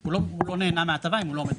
הוא לא נהנה מההטבה אם הוא לא עומד בתנאים.